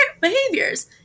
behaviors